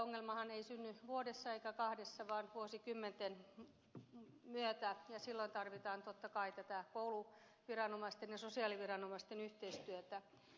ongelmahan ei synny vuodessa eikä kahdessa vaan vuosikymmenten myötä ja silloin tarvitaan totta kai tätä kouluviranomaisten ja sosiaaliviranomaisten yhteistyötä